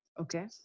Okay